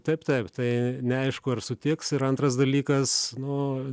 taip taip tai neaišku ar sutiks ir antras dalykas nu